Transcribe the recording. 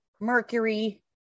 Mercury